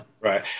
Right